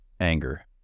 anger